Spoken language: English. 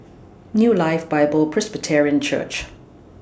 New Life Bible Presbyterian Church